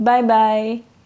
Bye-bye